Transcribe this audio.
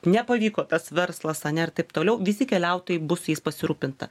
nepavyko tas verslas ane ir taip toliau visi keliautojai bus jais pasirūpinta